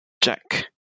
Jack